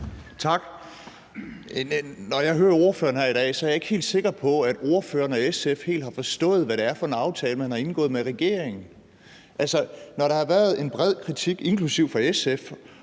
Tak. Når jeg hører ordføreren her i dag, er jeg ikke helt sikker på, at ordføreren og SF helt har forstået, hvad det er for en aftale, man har indgået med regeringen. Altså, når der har været en bred kritik, inklusive fra SF,